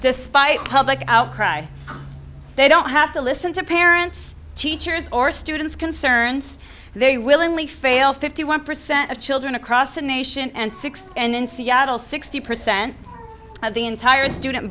despite public outcry they don't have to listen to parents teachers or students concerned they willingly fail fifty one percent of children across the nation and six and in seattle sixty percent of the entire student